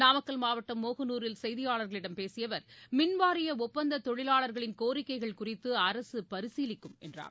நாமக்கல் மாவட்டம் மோகனுரில் செய்தியாளர்களிடம் பேசிய அவர் மின்வாரிய ஒப்பந்த தொழிலாளர்களின் கோரிக்கைகள் குறித்து அரசு பரிசீலிக்கும் என்றார்